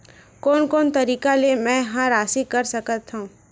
कोन कोन तरीका ले मै ह राशि कर सकथव?